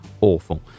awful